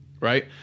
right